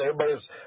everybody's